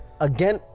again